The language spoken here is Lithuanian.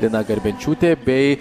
lina garbenčiūtė bei